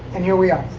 and here we are.